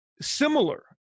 similar